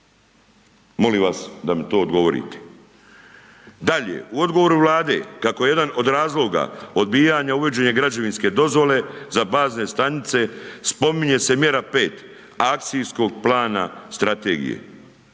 Molim vas da mi to odgovorite. Dalje, u odgovoru Vlade, kako jedan od razloga odbijanja uvođenja građevinske dozvole za bazne stanice, spominje se mjera 5, akcijskog plana strategije.